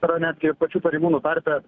tai yra netgi pačių pareigūnų tarpe